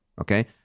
okay